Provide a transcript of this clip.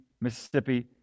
Mississippi